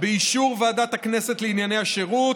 באישור ועדת הכנסת לענייני השירות,